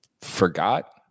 forgot